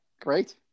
great